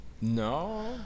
No